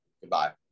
goodbye